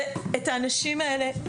זה את האנשים האלה,